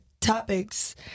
topics